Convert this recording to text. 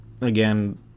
again